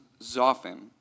Zophim